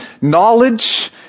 knowledge